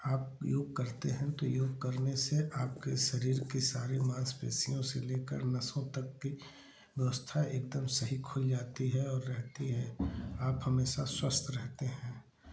आप योग करते हैं तो योग करने से आपके शरीर की सारी माँसपेशियों से लेकर नसों तक की व्यवस्था एकदम सही खुल जाती है और रहती है आप हमेशा स्वस्थ रहते हैं